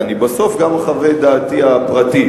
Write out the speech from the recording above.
אני בסוף גם אחווה את דעתי הפרטית.